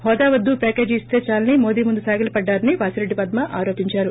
హోదా వద్గు ప్యాకేజీ ఇస్తే చాలనీ మోదీ ముందు సాగిలపడ్డారని వాసిరెడ్డి పద్మ ఆరోపించారు